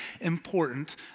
important